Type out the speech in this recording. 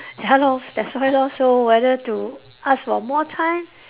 ya lor that's why lor so whether to ask for more time